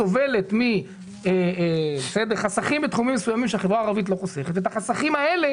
סובלת מחסכים בתחומים מסוימים ובחסכים האלה